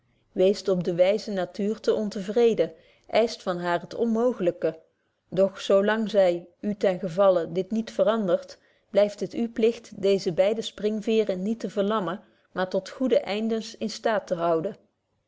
weest op de wyze natuur te onvreden eischt van haar het onmooglyke doch zo lang zy u ten gevalle dit niet verandert blyft betje wolff proeve over de opvoeding het uw pligt deeze beide springveeren niet te verlammen maar tot goede eindens in staat te houden